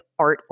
artwork